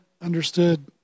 understood